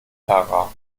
tara